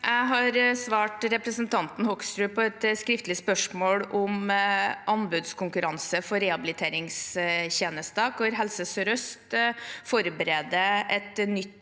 Jeg har svart re- presentanten Hoksrud på et skriftlig spørsmål om anbudskonkurranse for rehabiliteringstjenester, hvor Helse sør-øst forbereder et nytt